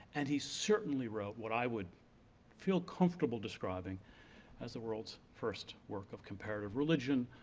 and he certainly wrote what i would feel comfortable describing as the world's first work of comparative religion,